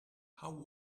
how